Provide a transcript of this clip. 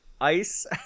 ice